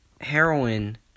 heroin